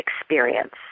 experience